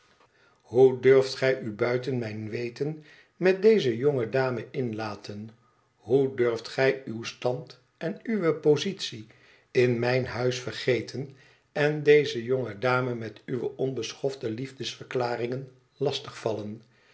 hoe durft gij u buiten mijn weten met deze jonge dame inlaten hoe durft gij uw stand en uwe positie in mijn huis vergeten en deze jonge dame met uwe onbeschofte liefdesverklaringen lastig vallen